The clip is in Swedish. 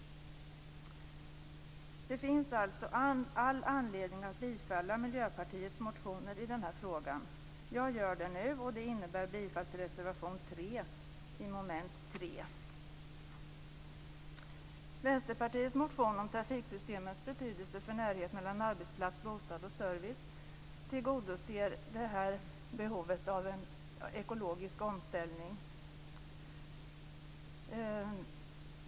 Det finns alltså all anledning att bifalla Miljöpartiets motioner i den här frågan. Jag tillstyrker dem nu, och det innebär bifall till reservation 3 under mom. 3. Vänsterpartiets motion om trafiksystemens betydelse för närhet mellan arbetsplats, bostad och service tillgodoser behovet av en ekologisk omställning.